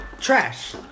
trash